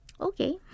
Okay